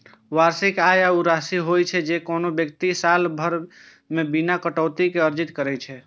वार्षिक आय ऊ राशि होइ छै, जे कोनो व्यक्ति साल भरि मे बिना कटौती के अर्जित करै छै